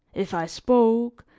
if i spoke,